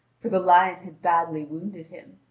for the lion had badly wounded him.